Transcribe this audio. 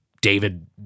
David